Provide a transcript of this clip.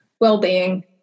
well-being